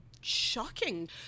Shocking